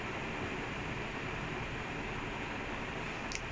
exactly one hour மீதி எல்லாம்:meethi ellaam delete பண்ண சொல்றாங்க:panna solraanga